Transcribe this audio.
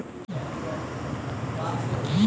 मूसल एक लम्बे मजबूत डंडे की तरह होता है